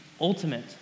ultimate